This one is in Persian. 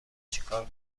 چیکار